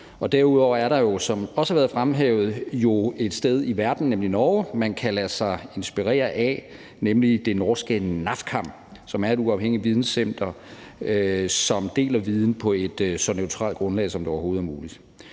har været fremhævet, et sted i verden, Norge, som man kan lade sig inspirere af, nemlig det norske NAFKAM, som er et uafhængigt videncenter, som deler viden på et så neutralt grundlag, som det overhovedet er muligt.